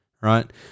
right